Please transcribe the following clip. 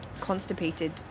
constipated